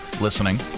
listening